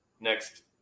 next